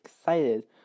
excited